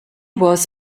was